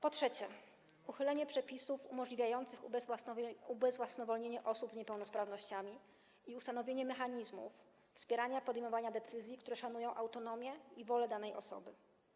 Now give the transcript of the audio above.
Po trzecie, uchylenie przepisów umożliwiających ubezwłasnowolnienie osób z niepełnosprawnościami i ustanowienie mechanizmów wspierania podejmowania decyzji, które szanują autonomię i wolę danej osoby.